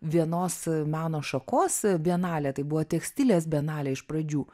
vienos meno šakos bienalė tai buvo tekstilės bienalė iš pradžių